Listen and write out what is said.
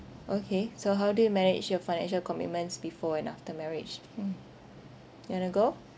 okay so how do you manage your financial commitments before and after marriage hmm you want to go